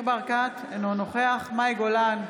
ניר ברקת, אינו נוכח מאי גולן,